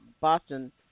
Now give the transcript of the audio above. Boston